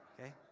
Okay